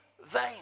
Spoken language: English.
vain